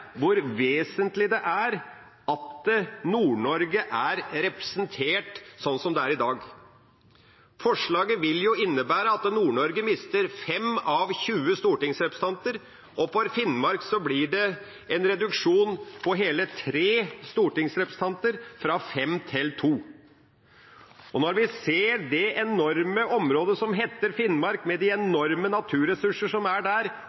hvor vesentlig det er at Nord-Norge er representert sånn som det er i dag. Forslaget vil jo innebære at Nord-Norge mister 5 av 20 stortingsrepresentanter. For Finnmark blir det en reduksjon på hele tre stortingsrepresentanter – fra fem til to. Vi ser det enorme området som heter Finnmark, med de enorme naturressurser som er der,